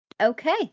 Okay